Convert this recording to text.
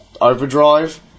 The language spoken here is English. Overdrive